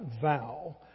vow